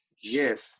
Yes